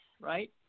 right